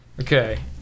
Okay